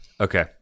Okay